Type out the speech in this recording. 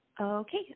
Okay